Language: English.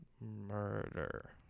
Murder